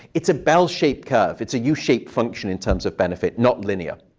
it's a bell-shaped curve. it's a yeah u-shaped function in terms of benefit, not linear.